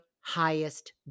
highest